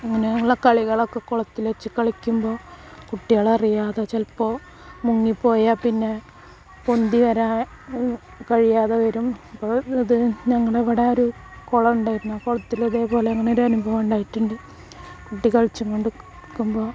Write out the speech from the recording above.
ഇങ്ങനെയുള്ള കളികളൊക്കെ കുളത്തിൽ വച്ച് കളിക്കുമ്പോൾ കുട്ടികളറിയാതെ ചിലപ്പോൾ മുങ്ങിപ്പോയാൽപ്പിന്നെ പൊന്തി വരാൻ കഴിയാതെ വരും അപ്പോൾ ഇത് ഞങ്ങളുടെ ഇവിടെ ഒരു കുളം ഉണ്ടായിരുന്നു ആ കുളത്തിലതേപോലെ അങ്ങനെയൊരു അനുഭവം ഉണ്ടായിട്ടുണ്ട് കുട്ടി കളിച്ചും കൊണ്ട് നിൽക്കുമ്പോൾ